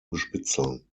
bespitzeln